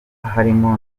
harimo